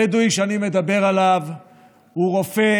הבדואי שאני מדבר עליו הוא רופא,